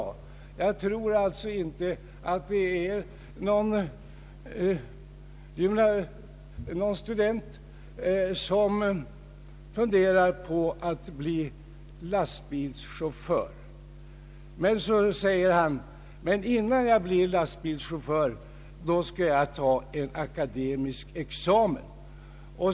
Jag tror alltså inte att det är någon student som funderar på att bli lastbilschaufför men som först vill satsa några år på att ta en akademisk examen.